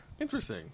Interesting